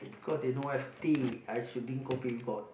cause they no have tea I should drink coffee if got